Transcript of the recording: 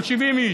של 70 איש,